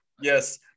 yes